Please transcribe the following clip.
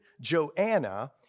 Joanna